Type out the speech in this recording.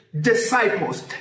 Disciples